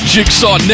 Jigsaw